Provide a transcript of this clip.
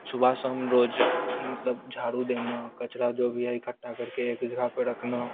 सुबह शाम रोज़ मतलब झाड़ू देना कचरा जो भी है इकट्ठा करके एक ही जगह पे रखना